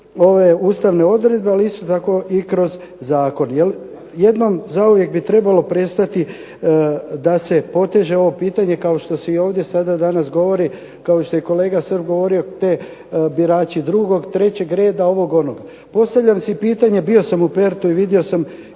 ove ustavne odredbe, ali isto tako i kroz zakon. Jer jednom zauvijek bi trebalo prestati da se poteže ovo pitanje kao što se i ovdje sada danas govoriti, kao što je i kolega Srb govorio te birači drugog, trećeg reda, ovog, onog. Postavljate li si pitanje, bio sam u Perthu i vidio sam